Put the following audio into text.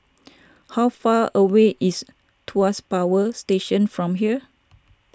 how far away is Tuas Power Station from here